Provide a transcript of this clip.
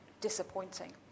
disappointing